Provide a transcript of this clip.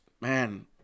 man